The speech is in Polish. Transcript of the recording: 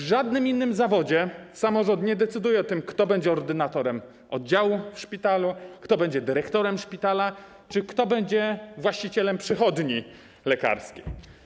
W żadnym innym zawodzie samorząd nie decyduje o tym, kto będzie ordynatorem oddziału w szpitalu, kto będzie dyrektorem szpitala czy kto będzie właścicielem przychodni lekarskiej.